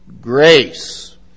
grace